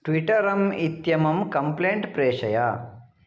ट्विटरं इत्यमुं कम्प्लेण्ट् प्रेषय